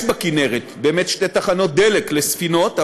יש בכינרת שתי תחנות דלק לספינות,